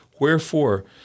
Wherefore